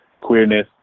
queerness